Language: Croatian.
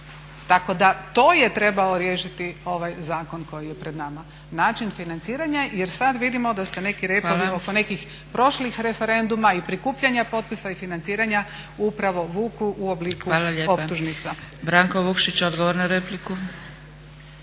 Tako da to je trebao riješiti ovaj zakon koji je pred nama, način financiranja. Jer sad vidimo da se neki repovi oko nekih prošlih referenduma i prikupljanja potpisa i financiranja upravo vuku u obliku optužnica. **Zgrebec, Dragica (SDP)** Hvala lijepa. Branko Vukšić, odgovor na repliku.